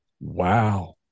Wow